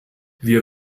wir